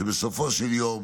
שבסופו של יום